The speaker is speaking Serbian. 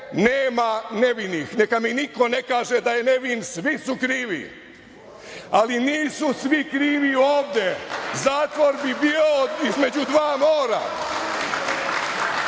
ne nevinih, neka mi niko ne kaže da je nevin, svi su krivi. Ali, nisu svi krivi ovde. Zatvor bi bio između dva mora. Samo